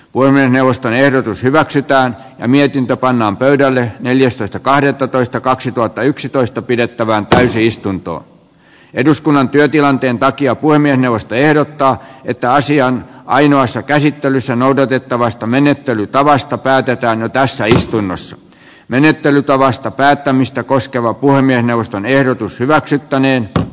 voi mennä vasta ehdotus hyväksytään ja mietintö pannaan pöydälle neljästoista kahdettatoista kaksituhattayksitoista pidettävään täysistunto eduskunnan työtilanteen takia puhemiesneuvosto ehdottaa että asian ainoassa käsittelyssä noudatettavasta menettelytavasta päätetään päässä istui myös menettelytavasta päättämistä koskeva puhemiesneuvoston jo tässä istunnossa